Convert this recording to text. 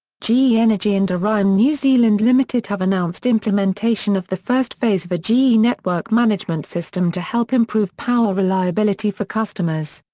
ge energy and orion new zealand limited have announced implementation of the first phase of a ge network management system to help improve power reliability for customers.